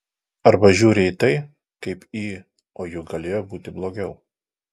arba žiūri į tai kaip į o juk galėjo būti blogiau